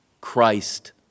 Christ